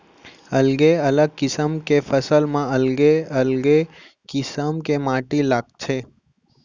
अलगे अलग किसम के फसल म अलगे अलगे किसम के माटी लागथे